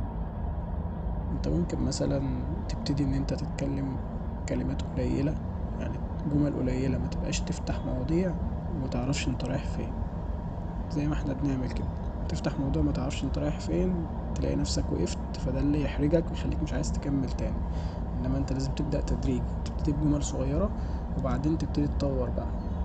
انت ممكن مثلا تبتدي ان انت تتكلم كلمات قليلة يعني جمل قليلة متبقاش تفتح مواضيع متعرفش انت رايح فين زي ماحنا بنعمل كدا تفتح موضوع متعرفش انت رايح فين تلاقي نفسك وقفت فدا اللي يحرجك ويخليك مش عايز تكمل تاني انما انت لازم تبدأ تدريجي تبتدي بجمل صغيرة وبعدين تبتدي تطور بقا